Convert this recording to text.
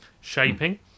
shaping